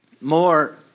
more